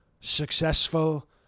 successful